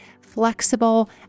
flexible